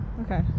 Okay